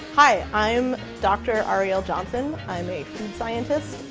hi, i'm dr. arielle johnson. i'm a food scientist.